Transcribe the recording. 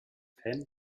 fan